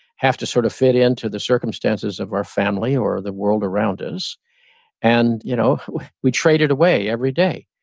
have to sort of fit into the circumstances of our family or the world around us and you know we traded away every day.